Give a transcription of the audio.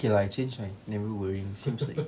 okay lah I change my never worrying seems like